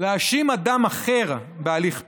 להאשים אדם אחר בהליך פלילי,